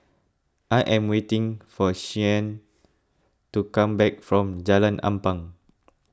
I am waiting for Shianne to come back from Jalan Ampang